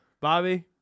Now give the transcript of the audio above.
Bobby